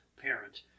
parent